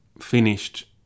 finished